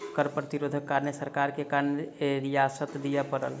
कर प्रतिरोधक कारणें सरकार के कर में रियायत दिअ पड़ल